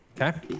okay